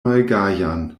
malgajan